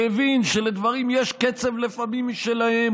שהבין שלדברים יש לפעמים קצב משלהם,